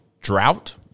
drought